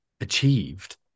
achieved